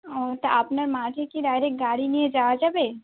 ও তা আপনার মাঠে কি ডাইরেক্ট গাড়ি নিয়ে যাওয়া যাবে